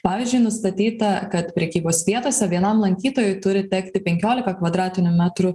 pavyzdžiui nustatyta kad prekybos vietose vienam lankytojui turi tekti penkiolika kvadratinių metrų